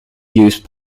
use